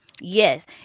Yes